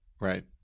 Right